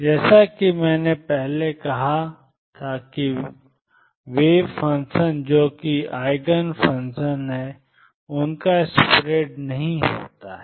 जैसा कि मैंने पहले कहा था कि वेव फंक्शन जो कि आइगन फंक्शन हैं उनका स्प्रेड नहीं होता है